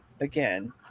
again